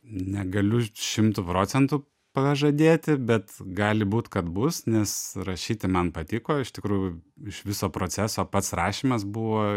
negaliu šimtu procentų pažadėti bet gali būt kad bus nes rašyti man patiko iš tikrųjų iš viso proceso pats rašymas buvo